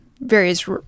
various